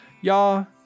Y'all